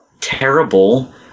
terrible